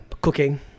cooking